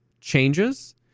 changes